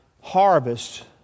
harvest